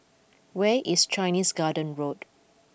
where is Chinese Garden Road